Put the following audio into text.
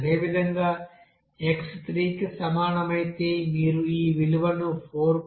అదేవిధంగా x 3 కి సమానమైతే మీరు ఈ విలువను 4